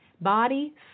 Body